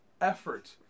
effort